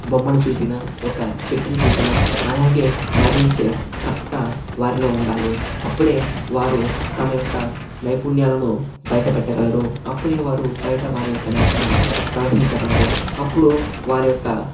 బొమ్మను చూసిన ఒక చెట్టుని చూసిన అలాగే వర్ణించే సత్తా వారిలో ఉండాలి అప్పుడే వారు తమ యొక్క నైపుణ్యాలను బయట పెట్టగలరు అప్పుడే వారు బయట వారి యొక్క నైపుణ్యాన్ని ప్రదర్శించగలరు అప్పుడు వారి యొక్క